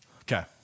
okay